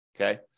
Okay